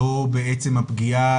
לא בעצם הפגיעה,